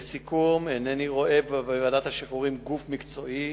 לסיכום, הנני רואה בוועדת השחרורים גוף מקצועי